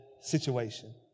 situation